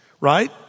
right